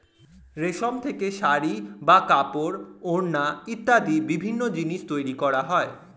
রেশম থেকে শাড়ী বা কাপড়, ওড়না ইত্যাদি বিভিন্ন জিনিস তৈরি করা যায়